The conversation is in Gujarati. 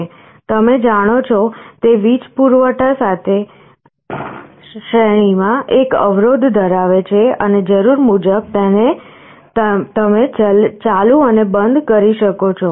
જેમ તમે જાણો છો તે વીજ પુરવઠા સાથે શ્રેણીમાં એક અવરોધ ધરાવે છે અને જરૂર મુજબ તમે તેને ચાલુ અને બંધ કરી શકો છો